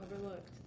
overlooked